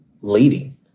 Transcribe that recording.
leading